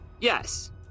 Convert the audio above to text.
Yes